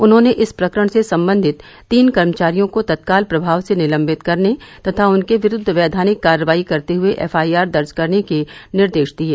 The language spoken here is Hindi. उन्होंने इस प्रकरण से संबंधित तीन कर्मचारियों को तत्काल प्रभाव से निलम्बित करने तथा उनके विरूद्व वैधानिक कार्रवाई करते हुए एफआईआर दर्ज करने के निर्देश दिये